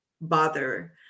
bother